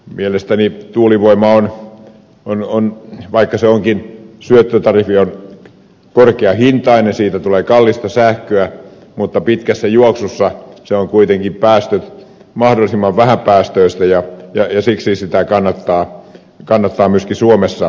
mielestäni tuulivoima vaikka syöttötariffin hinta onkin korkea ja siitä tulee kallista sähköä pitkässä juoksussa on kuitenkin mahdollisimman vähäpäästöistä ja siksi sitä kannattaa myöskin suomessa käyttää